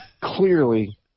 clearly